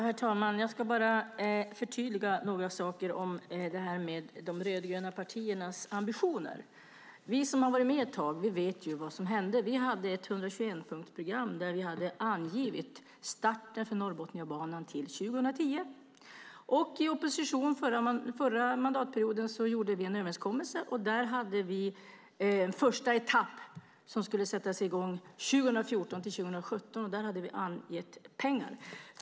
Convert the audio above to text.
Herr talman! Jag ska förtydliga några saker om de rödgröna partiernas ambitioner. Vi som har varit med ett tag vet vad som hände. Vi hade ett 121-punktsprogram där vi hade angivit starten för byggandet av Norrbotniabanan till 2010. I opposition under förra mandatperioden gjorde vi en överenskommelse. Vi hade där en första etapp som skulle sättas i gång 2014-2017, och där hade vi angett pengar.